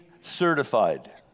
certified